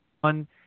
one